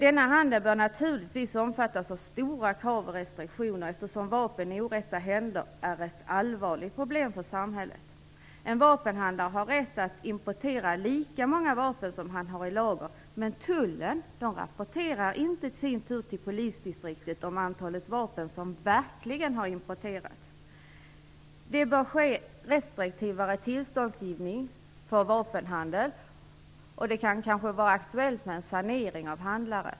Denna handel bör naturligtvis omfattas av stora krav och restriktioner, eftersom vapen i orätta händer är ett allvarligt problem för samhället. En vapenhandlare har rätt att importera lika många vapen som han har i lager, men tullen rapporterar inte i sin tur till polisdistriktet om antalet vapen som verkligen har importerats. Det bör ske restriktivare tillståndsgivning för vapenhandel, och det kan kanske vara aktuellt med en sanering av handlare.